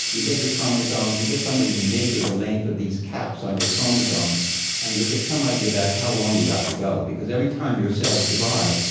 you get your chromosomes and you get somebody to measure the length of these caps on your chromosomes and you'll get some idea about how long you've got to go because every time your cells divide,